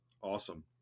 Awesome